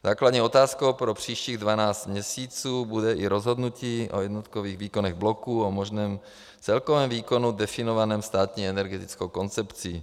Základní otázkou pro příštích 12 měsíců bude i rozhodnutí o jednotkových výkonech bloků a možném celkovém výkonu definovaném Státní energetickou koncepcí.